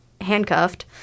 handcuffed